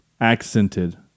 accented